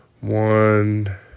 one